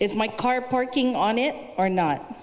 is my car parking on it or not